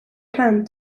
planned